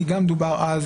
כי גם דובר אז,